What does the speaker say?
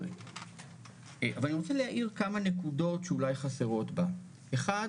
וכשאני מסתכלת גם תקציבית מה קורה לדוגמה עם ער"ן,